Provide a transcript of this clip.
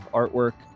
artwork